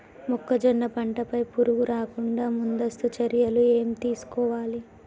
మొక్కజొన్న పంట పై పురుగు రాకుండా ముందస్తు చర్యలు ఏం తీసుకోవాలి?